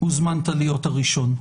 הוזמנת להיות הראשון.